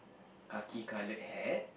khaki colour hat